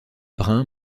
brun